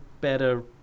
better